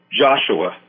Joshua